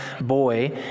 boy